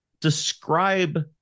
describe